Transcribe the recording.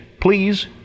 Please